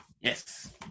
Yes